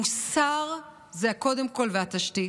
המוסר זה קודם כול, התשתית.